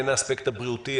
הן האספקט הבריאותי,